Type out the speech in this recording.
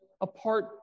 apart